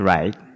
Right